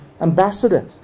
ambassador